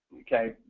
Okay